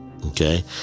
Okay